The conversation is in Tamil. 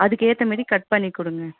அதுக்கு ஏற்ற மாதிரி கட் பண்ணி கொடுங்க